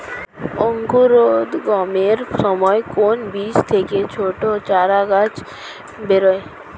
অঙ্কুরোদ্গমের সময় কোন বীজ থেকে ছোট চারাগাছ বেরোয়